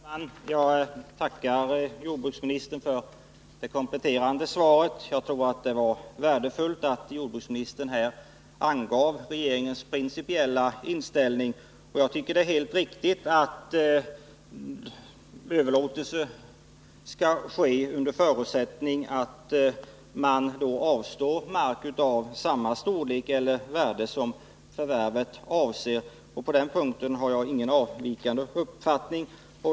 Herr talman! Jag tackar jordbruksministern för det kompletterande svaret. Jag tror att det var värdefullt att jordbruksministern angav regeringens principiella inställning. Det är enligt min uppfattning helt riktigt att överlåtelse skall ske bara under förutsättning att man då avstår mark av samma storlek eller värde som förvärvet avser. På den punkten har jag ingen avvikande uppfattning.